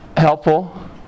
Helpful